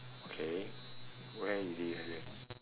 okay where you did you have it